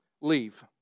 Leave